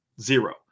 Zero